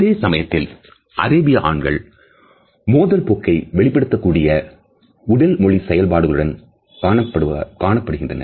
அதே சமயத்தில் அரேபிய ஆண்கள் மோதல் போக்கை வெளிப்படுத்தக்கூடிய உடல் மொழி செயல்பாடுகளுடன் காணப்பட்டனர்